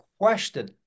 question